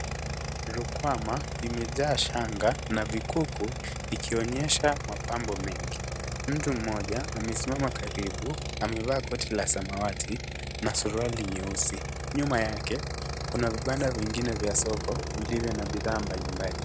Rukwama imejaa shanga na vikuku ikionyesha mapambo mengi. Mtu mmoja amesimama karibu, amevaa koti la samawati na suruali nyeusi. Nyuma yake kuna vibanda vingine vya soko, vilivyo na bidhaa mbali mbali.